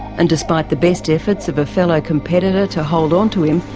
and despite the best efforts of a fellow competitor to hold on to him,